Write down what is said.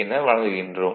என வழங்குகிறோம்